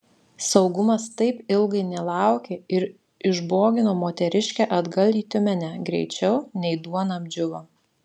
saugumas taip ilgai nelaukė ir išbogino moteriškę atgal į tiumenę greičiau nei duona apdžiūvo